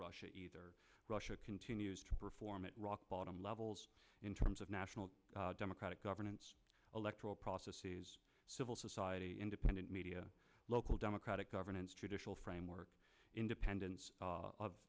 russia either russia continues to perform at rock bottom levels in terms of national democratic governance electoral processes civil society independent media local democratic governance judicial framework independence